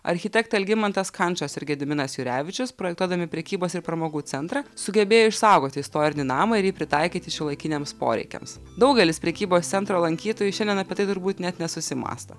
architektai algimantas kančas ir gediminas jurevičius projektuodami prekybos ir pramogų centrą sugebėjo išsaugoti istorinį namą ir jį pritaikyti šiuolaikiniams poreikiams daugelis prekybos centro lankytojų šiandien apie tai turbūt net nesusimąsto